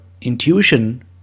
intuition